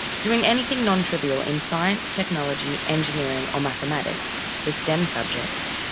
doing anything nontrivial in science, technology, engineering or mathematics, the stem subjects,